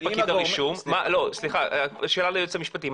הגורמים --- שאלה ליועץ המשפטי,